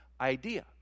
idea